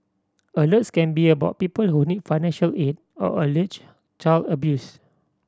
alerts can be about people who need financial aid or alleged child abuse